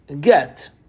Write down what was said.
get